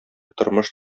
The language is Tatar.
тормыш